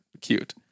cute